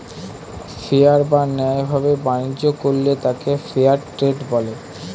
fair বা ন্যায় ভাবে বাণিজ্য করলে তাকে ফেয়ার ট্রেড বলে